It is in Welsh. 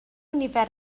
nifer